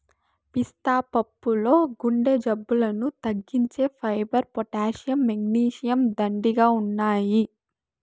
పిస్తా పప్పుల్లో గుండె జబ్బులను తగ్గించే ఫైబర్, పొటాషియం, మెగ్నీషియం, దండిగా ఉన్నాయి